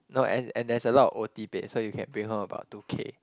no and and there's a lot o_t base so you can bring home about two K